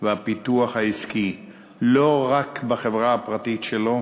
והפיתוח העסקי לא רק בחברה הפרטית שלו,